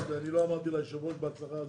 אני לא אמרתי ליושב-ראש בהצלחה,